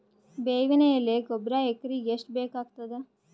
ಬೇವಿನ ಎಲೆ ಗೊಬರಾ ಎಕರೆಗ್ ಎಷ್ಟು ಬೇಕಗತಾದ?